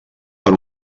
per